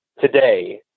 today